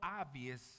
obvious